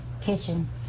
kitchen